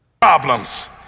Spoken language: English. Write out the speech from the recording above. Problems